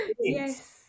Yes